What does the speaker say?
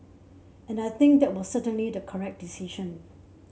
and I think that was certainly the correct decision